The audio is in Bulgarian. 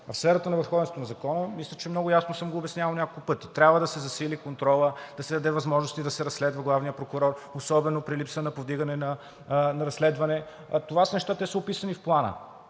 В сферата на върховенството на закона. Мисля, че много ясно съм го обяснявал няколко пъти. Трябва да се засили контролът, да се даде възможност да се разследва и главният прокурор – особено при липса на повдигане на разследване. Това са неща, описани в Плана,